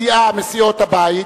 בסיעה מסיעות הבית,